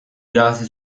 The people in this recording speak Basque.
irabazi